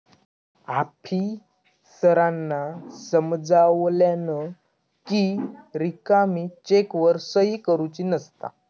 आफीसरांन समजावल्यानं कि रिकामी चेकवर सही करुची नसता